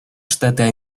штаты